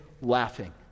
laughing